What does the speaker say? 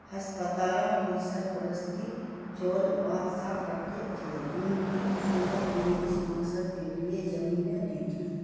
ہسپتالوں کی سرپرستی چول بادشاہ کرتے تھے جن کی حکومت نے اس مقصد کے لیے زمینیں دی تھیں